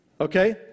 okay